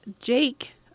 Jake